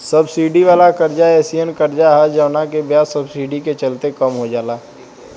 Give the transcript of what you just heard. subsidy वाला कर्जा एयीसन कर्जा ह जवना के ब्याज सब्सिडी के चलते कम हो जाला